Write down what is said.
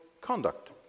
conduct